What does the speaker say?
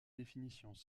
définitions